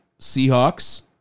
Seahawks